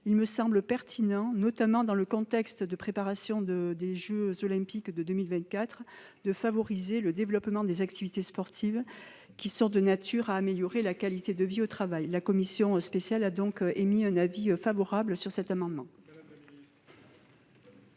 Il me semble pertinent, notamment dans le contexte de la préparation des jeux Olympiques de 2024, de favoriser le développement des activités sportives, qui sont de nature à améliorer la qualité de vie au travail. La commission spéciale a donc émis un avis favorable sur cet amendement.